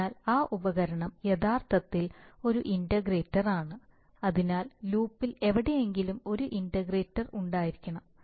അതിനാൽ ആ ഉപകരണം യഥാർത്ഥത്തിൽ ഒരു ഇന്റഗ്രേറ്ററാണ് അതിനാൽ ലൂപ്പിൽ എവിടെയെങ്കിലും ഒരു ഇന്റഗ്രേറ്റർ ഉണ്ടായിരിക്കണം